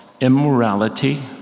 immorality